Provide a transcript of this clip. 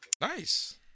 Nice